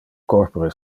corpore